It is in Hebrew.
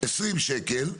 20 שקל,